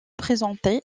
présenter